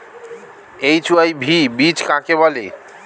HYV বীজ কাকে বলে?